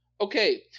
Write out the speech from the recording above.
Okay